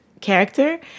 character